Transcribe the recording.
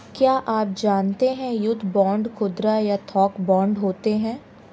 क्या आप जानते है युद्ध बांड खुदरा या थोक बांड होते है?